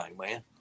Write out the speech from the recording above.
man